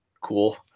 cool